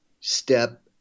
step